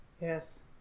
Yes